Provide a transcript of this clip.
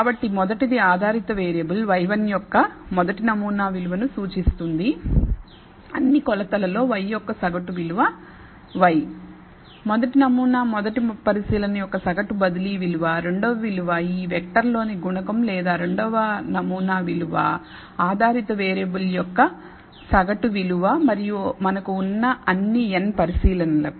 కాబట్టి మొదటిది ఆధారిత వేరియబుల్ y1 యొక్క మొదటి నమూనా విలువను సూచిస్తుంది అన్ని కొలతలలో y యొక్క సగటు విలువ y మొదటి నమూనా మొదటి పరిశీలన యొక్క సగటు బదిలీ విలువ రెండవ విలువ ఈ వెక్టర్లోని గుణకం లేదా రెండవ నమూనా విలువ ఆధారిత వేరియబుల్ యొక్క సగటు విలువ మరియు మనకు ఉన్న అన్ని n పరిశీలనలకు